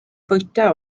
fwyta